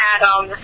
Adam